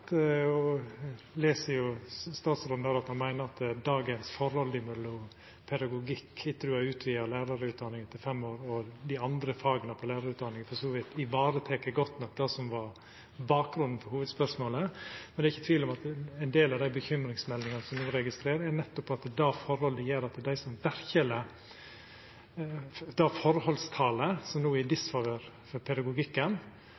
statsråden slik at han meiner at dagens forhold mellom pedagogikk – etter at ein har utvida lærarutdanninga til fem år – og dei andre faga i lærarutdanninga for så vidt varetek godt nok det som var bakgrunnen for hovudspørsmålet. Men det er ikkje tvil om at ein del av dei bekymringsmeldingane som ein registrerer, nettopp går på at det forholdstalet som no er i disfavør av pedagogikken, gjer at dei som